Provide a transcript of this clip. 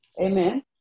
Amen